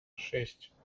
шесть